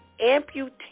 amputate